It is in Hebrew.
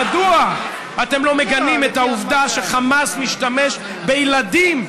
מדוע אתם לא מגנים את העובדה שהחמאס משתמש בילדים,